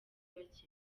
bake